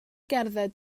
gerdded